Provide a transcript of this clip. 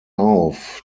auf